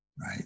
Right